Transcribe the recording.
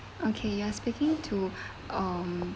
okay you are speaking to um